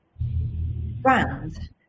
brand